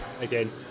again